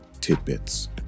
tidbits